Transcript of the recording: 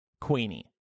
Queenie